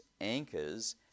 anchors